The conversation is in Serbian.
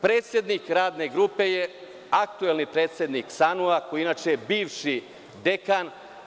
Predsednik Radne grupe je aktuelni predsednik SANU, koji je inače bivši dekan.